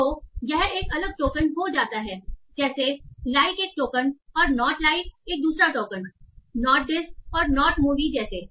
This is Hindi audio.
तो यह एक अलग टोकन हो जाता है जैसे लाइक एक टोकन और नोट लाइक एक दूसरा टोकन नोट दिस और नोट मूवी जैसा